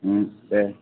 दे